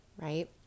right